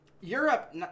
Europe